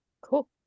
cool